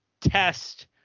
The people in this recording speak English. Test